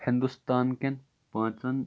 ہِندوستان کین پانٛژھن